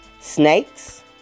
Snakes